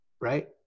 Right